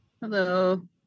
Hello